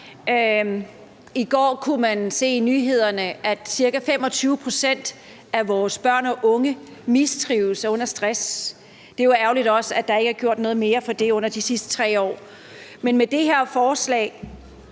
I går kunne man se i nyhederne, at ca. 25 pct. af vores børn og unge mistrives og er under stress. Det er jo ærgerligt, at der ikke er gjort noget mere ved det i de sidste 3 år. Men med det her forslag,